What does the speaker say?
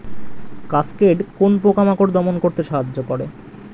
Cascade কোন পোকা মাকড় দমন করতে সাহায্য করে?